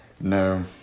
No